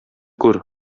күр